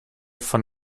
von